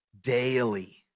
Daily